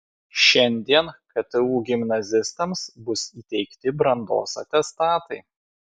šiandien ktu gimnazistams bus įteikti brandos atestatai